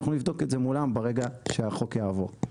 נבדוק את זה מולם ברגע שהחוק יעבור.